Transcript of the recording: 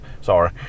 Sorry